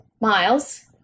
Miles